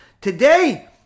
today